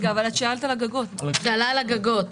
היא שאלה על הגגות.